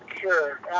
Sure